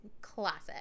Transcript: classic